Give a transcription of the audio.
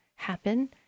happen